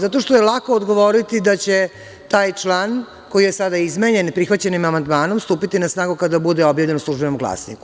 Zato što je lako odgovoriti da će taj član, koji je sada izmenjen prihvaćenim amandmanom, stupiti na snagu kada bude objavljen u „Službenom glasniku“